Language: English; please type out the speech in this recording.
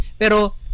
pero